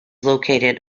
located